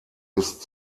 ist